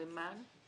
כסממן